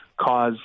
cause